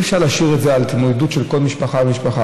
אי-אפשר להשאיר את זה להתמודדות של כל משפחה ומשפחה.